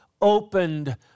opened